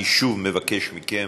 אני שוב מבקש מכם